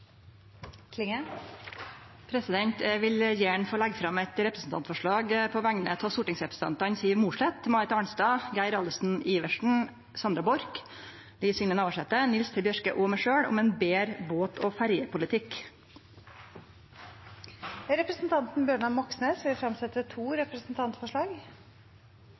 vil gjerne få leggje fram eit representantforslag på vegner av stortingsrepresentantane Siv Mossleth, Marit Arnstad, Geir Adelsten Iversen, Sandra Borch, Liv Signe Navarsete, Nils T. Bjørke og meg sjølv om ein betre båt- og ferjepolitikk. Representanten Bjørnar Moxnes vil fremsette to representantforslag.